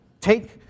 take